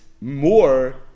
more